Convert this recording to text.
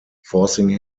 forcing